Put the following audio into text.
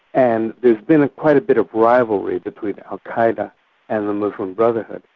and there's been quite a bit of rivalry between al-qa'eda and the muslim brotherhood.